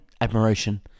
admiration